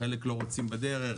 חלק לא רוצים בדרך,